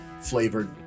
flavored